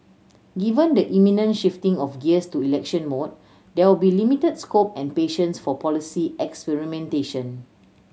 given the imminent shifting of gears to election mode there will be limited scope and patience for policy experimentation